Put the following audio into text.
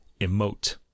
emote